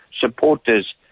supporters